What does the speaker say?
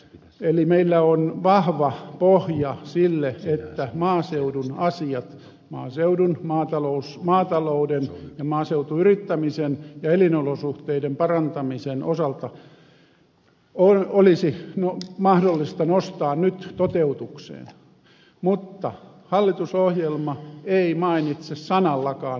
eli meillä on vahva pohja sille että maaseudun asiat maaseudun maatalouden ja maaseutuyrittämisen ja elinolosuhteiden parantamisen osalta olisi mahdollista nostaa nyt toteutukseen mutta hallitusohjelma ei mainitse sanallakaan näitä